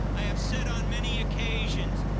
i have said on many occasions,